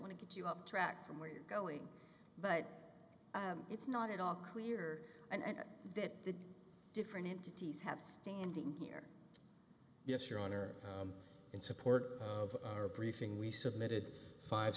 want to get you up track from where you're going but it's not at all clear and that the different entities have standing here yes your honor in support of our briefing we submitted five